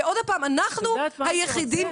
ועוד הפעם אנחנו היחידים --- את יודעת מה הייתי רוצה?